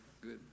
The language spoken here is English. good